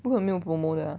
不可能没有 promo 的